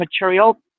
material